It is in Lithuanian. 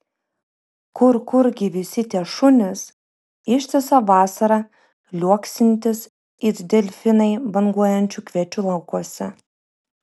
kur kurgi visi tie šunys ištisą vasarą liuoksintys it delfinai banguojančių kviečių laukuose